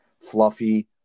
Fluffy